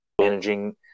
managing